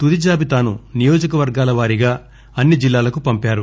తుది జాబితాను నియోజక వర్గాల వారీగా అన్ని జిల్లాలకు పంపారు